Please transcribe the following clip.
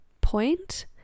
point